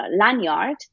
lanyard